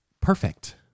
perfect